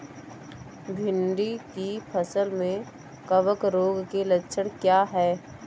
भिंडी की फसल में कवक रोग के लक्षण क्या है?